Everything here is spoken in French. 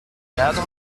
cadre